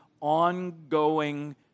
ongoing